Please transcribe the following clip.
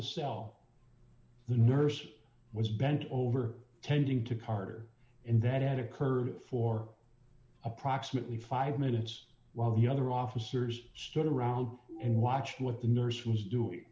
the cell the nurse was bent over tending to carter and that had occurred for approximately five minutes while the other officers stood around and watched what the nurse was